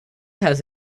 has